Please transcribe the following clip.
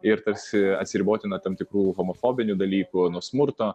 ir tarsi atsiriboti nuo tam tikrų homofobinių dalykų nuo smurto